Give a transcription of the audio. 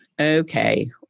Okay